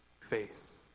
face